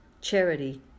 charity